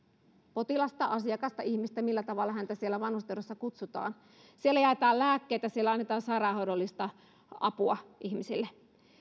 potilasta asiakasta ihmistä millä tavalla häntä siellä vanhustenhoidossa kutsutaan siellä jaetaan lääkkeitä siellä annetaan sairaanhoidollista apua ihmisille